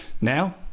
Now